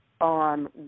on